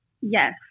Yes